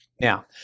Now